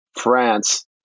France